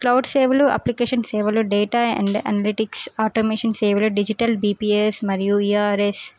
cloud సేవలు application సేవలు data and analytics automation సేవలు డిజిటల్ బీపిఎస్ మరియు ఇఆర్ఎస్